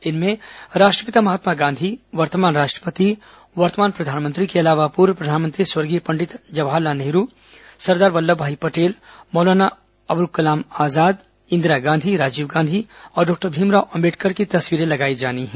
इनमें राष्ट्रपिता महात्मा गांधी वर्तमान राष्ट्रपति वर्तमान प्रधानमंत्री के अलावा पूर्व प्रधानमंत्री स्वर्गीय पंडित जवाहरलाल नेहरू सरदार वल्लभभाई पटेल मौलाना अब्दुल कलाम आजाद इंदिरा गांधी राजीव गांधी और डॉक्टर भीमराव अम्बेडकर की तस्वीर लगाई जानी हैं